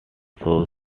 shows